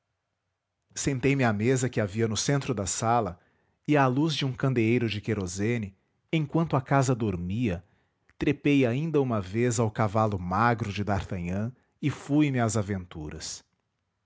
sentei-me à mesa que havia no centro da sala e à luz de um candeeiro de querosene enquanto a casa dormia trepei ainda uma vez ao cavalo magro de d'artagnan e fui-me às aventuras